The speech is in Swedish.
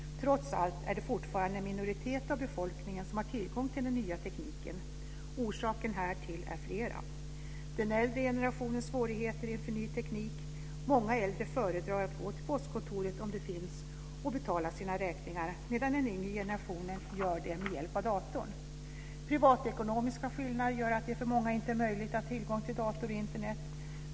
Trots allt är det fortfarande en minoritet av befolkningen som har tillgång till den nya tekniken. Orsakerna härtill är flera. Det är bl.a. den äldre generationens svårigheter inför ny teknik. Många äldre föredrar att gå till postkontoret, om ett sådant finns, och betala sin räkningar medan den yngre generationen gör det med hjälp av datorn. Privatekonomiska skillnader gör att det för många inte är möjligt att ha tillgång till dator och Internet.